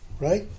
right